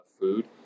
food